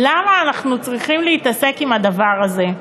למה אנחנו צריכים להתעסק עם הדבר הזה,